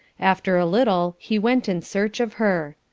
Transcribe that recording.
after a little he went in search of her.